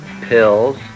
pills